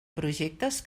projectes